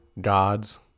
gods